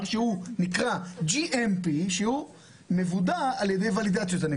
שהוא נקרא GMP שהוא מוודא על ידי ולידציות.